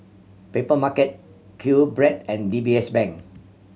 Papermarket QBread and D B S Bank